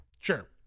Sure